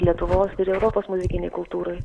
lietuvos ir europos muzikinėj kultūroj